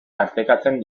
tartekatzen